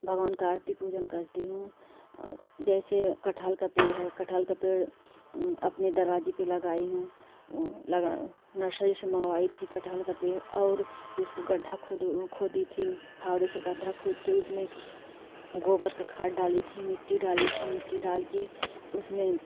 भगवान की आरती पूजन करती हूँ जैसे कटहल का पेड़ है कटहल का पेड़ अपने दरवाज़े पर लगाई हूँ लगाई नर्शरी से मंगवाई थी कटहल का पेड़ और उसको गड्ढा खोदी खोदी थी फावड़े से गड्ढा खोदकर उसमें गोबर का खाद डाली थी मिट्टी डाली थी मिट्टी डालकर उसमें